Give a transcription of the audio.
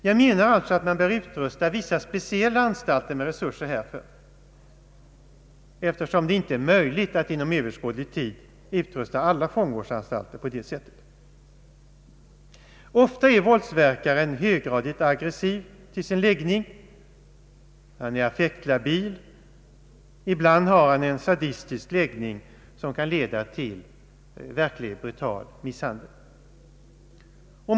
Jag menar att man bör utrusta vissa speciella anstalter med resurser härför, eftersom det inte är möjligt att inom överskådlig tid utrusta alla fångvårdsanstalter på detta sätt. Våldsverkaren är ofta höggradigt aggressiv och affektlabil till sin läggning. Ibland har han en sadistisk läggning, som kan leda till synnerligen brutal misshandel.